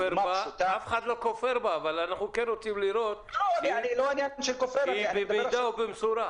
אף אחד לא כופר בה אבל אנחנו כן רוצים לראות שזה במידה ובמשורה.